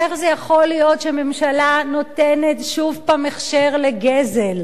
איך זה יכול להיות שממשלה נותנת שוב הכשר לגזל?